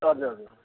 हजुर हजुर